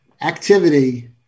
Activity